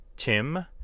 Tim